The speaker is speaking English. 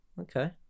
Okay